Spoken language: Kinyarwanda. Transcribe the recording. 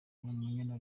umunyana